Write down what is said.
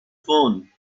phone